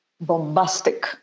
bombastic